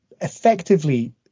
effectively